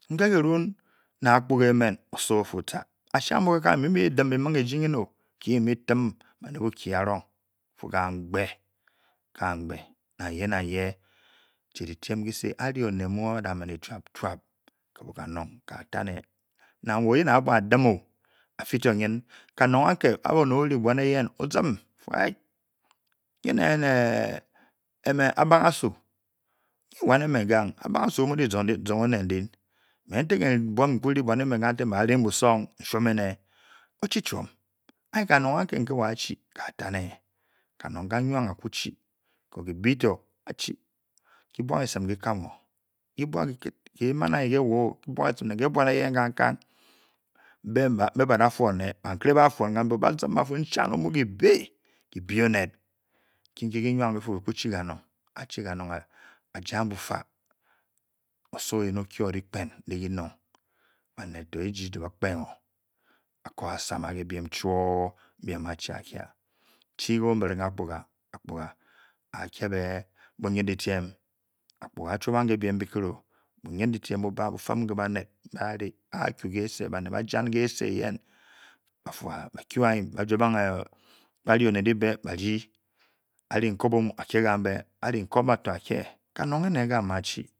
Nke-kirum ne akpuga emen osowo ofu otcha. ashamu'nu bi beba dim bi mung eji-nyn-o nki ke bi-mu-bi tim baned bullyi ārung bifu kangbe-kangbe na ye naye a've oned ma a'da mané chuap, chuap. kanong ka. fanē oned nang wo-yen afi oned ori wan eyen oʒim eh. nyen abang asu nyn wan emen gang abang asu owu dizinag oned ndin ntige nboum nri bouan emen katak baring busons ba'chuom ene wch-chuom anyi kanong anye wa shi ka-tane. kanong e-chi. kibi to echi be buou esim bi kam-o-e-wa ne wo kii buang esim ki-kam buan eyen-kan-kan na be ba da fun. ne ba'nkire ba'fun kambé oned. nki-ke ki da nona bi chi kanong achi kanong. ajiang bufa osowo oyen o-kio dikpen ndi-dinong baned ke ejii-to bakpen. o ba'ko asanaà ke bien chuo ubi amouchie kia chi ke omiring akpuga. akpuga allibe bunyndidym akpuga a'chubang ké bien bikire-o banyedidym bu ba bufum ke baned akem hesi baned ba'jan kese eyun aju'a aku aúyi amua-chi.